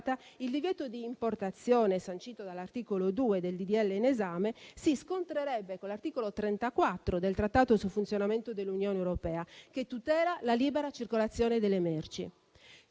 il divieto di importazione sancito dall'articolo 2 del disegno di legge in esame si scontrerebbe con l'articolo 34 del Trattato sul funzionamento dell'Unione europea, che tutela la libera circolazione delle merci.